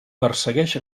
persegueix